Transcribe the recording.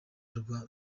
rwa